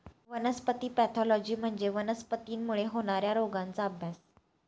वनस्पती पॅथॉलॉजी म्हणजे वनस्पतींमुळे होणार्या रोगांचा अभ्यास